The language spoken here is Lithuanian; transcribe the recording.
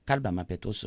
kalbam apie tuos